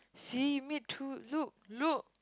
see me too look look